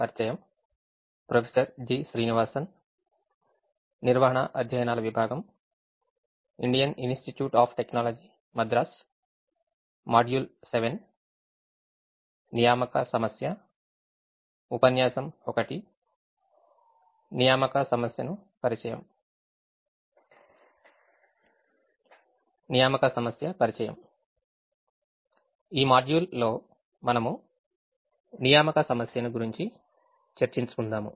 assignment problem పరిచయం ఈ మాడ్యూల్లో మనము అసైన్మెంట్ ప్రాబ్లెమ్ గురించి చర్చించుకుందాం